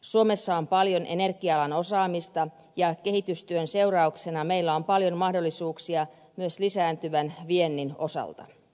suomessa on paljon energia alan osaamista ja kehitystyön seurauksena meillä on paljon mahdollisuuksia myös lisääntyvän viennin osalta